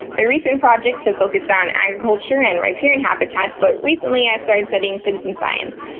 my recent projects have focused on agriculture and riparian habitats, but recently i've started studying citizen science.